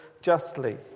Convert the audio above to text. justly